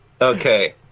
Okay